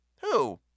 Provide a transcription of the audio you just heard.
Who